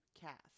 cast